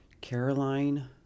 Caroline